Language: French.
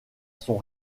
son